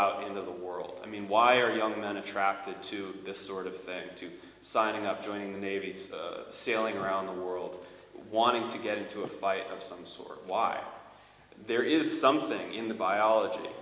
out in the world i mean why are young men attracted to this sort of thing to signing up joining the navy sailing around the world wanting to get into a fight of some sort why there is something in the biology